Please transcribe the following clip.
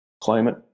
Climate